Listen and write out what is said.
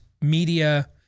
media